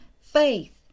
faith